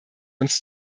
uns